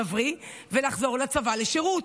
נבריא ונחזור לצבא לשירות.